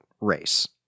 race